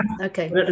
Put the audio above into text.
Okay